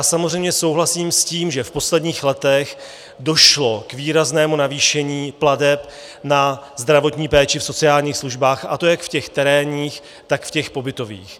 Samozřejmě souhlasím s tím, že v posledních letech došlo k výraznému navýšení plateb na zdravotní péči v sociálních službách, a to jak v těch terénních, tak v těch pobytových.